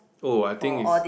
oh I think is